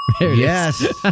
Yes